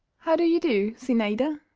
how do you do, zinaida?